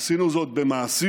עשינו זאת במעשים,